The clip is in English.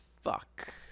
Fuck